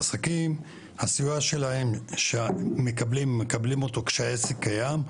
העסקים הסיוע שלהם מקבלים אותו כשהעסק קיים,